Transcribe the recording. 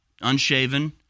unshaven